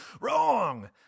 wrong